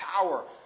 power